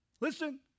Listen